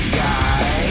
guy